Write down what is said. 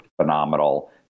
phenomenal